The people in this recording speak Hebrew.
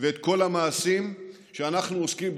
ואת כל המעשים שאנחנו עושים,